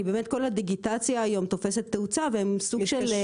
כי באמת כל הדיגיטציה היום תופסת תאוצה והם מתקשים.